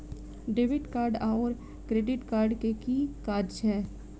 Debit card आओर credit card केँ की काज छैक?